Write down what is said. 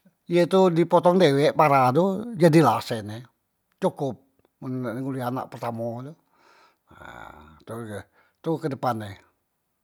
Ye tu di potong dewek para tu jadi la sen e, cokop mun nak nguliah anak pertamo tu, ha tu tu kedepan e.